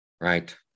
right